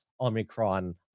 Omicron